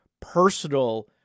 personal